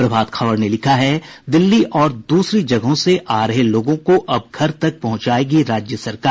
प्रभात खबर ने लिखा है दिल्ली और दूसरी जगहों से आ रहे लोगों को अब घर तक पहुंचायेगी राज्य सरकार